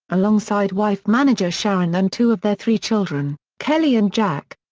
alongside wife manager sharon and two of their three children, kelly and jack.